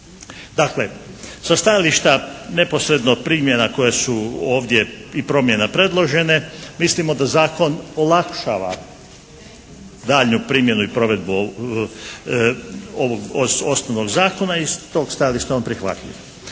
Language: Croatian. Dakle sa stajališta neposredno primjena koje su ovdje i promjena predložene mislimo da zakon olakšava daljnju primjenu i provedbu ovog osnovnog zakona. I s tog stajališta je on prihvatljiv.